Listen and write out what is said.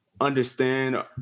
understand